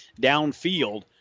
downfield